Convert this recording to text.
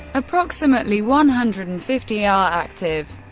approximately one hundred and fifty are active.